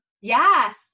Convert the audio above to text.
Yes